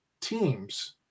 teams